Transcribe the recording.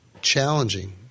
challenging